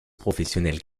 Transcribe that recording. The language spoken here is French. professionnelles